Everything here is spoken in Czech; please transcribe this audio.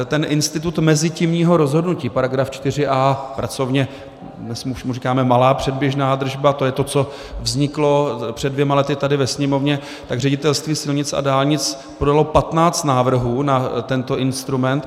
Ten institut mezitímního rozhodnutí § 4a pracovně mu říkáme malá předběžná držba, to je to, co vzniklo před dvěma lety tady ve Sněmovně, tak Ředitelství silnic a dálnic podalo 15 návrhů na tento instrument.